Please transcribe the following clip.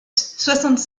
soixante